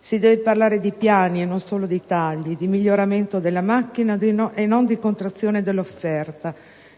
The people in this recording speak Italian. si deve parlare di piani e non solo di tagli, di miglioramento della macchina e non di contrazione dell'offerta,